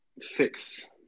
fix